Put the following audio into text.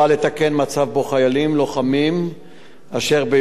אשר בהיותם נערים נפתח להם תיק פלילי,